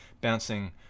bouncing